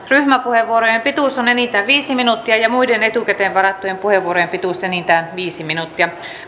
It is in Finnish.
ryhmäpuheenvuorojen pituus on enintään viisi minuuttia ja muiden etukäteen varattujen puheenvuorojen pituus enintään viisi minuuttia